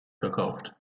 verkauft